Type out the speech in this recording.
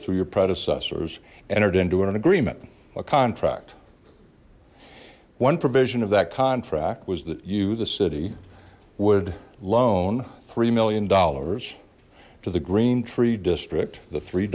through your predecessors entered into an agreement a contract one provision of that contract was that you the city would loan three million dollars to the green tree district the three